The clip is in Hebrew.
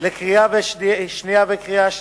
לקריאה שנייה ולקריאה שלישית.